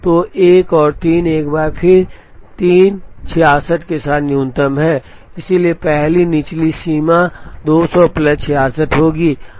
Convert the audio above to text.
तो 1 और 3 एक बार फिर 3 66 के साथ न्यूनतम है इसलिए पहली निचली सीमा 200 प्लस 66 होगी